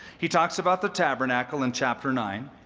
he talks about the tabernacle in chapter nine.